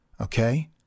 okay